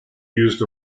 used